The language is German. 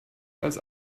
als